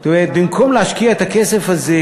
במקום להשקיע את הכסף הזה